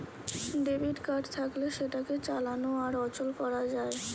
debit card থাকলে সেটাকে চালানো আর অচল করা যায়